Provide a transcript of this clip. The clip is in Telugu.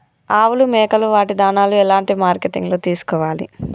ఆవులు మేకలు వాటి దాణాలు ఎలాంటి మార్కెటింగ్ లో తీసుకోవాలి?